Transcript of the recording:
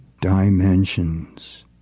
dimensions